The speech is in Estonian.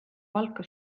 palka